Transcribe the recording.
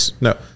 No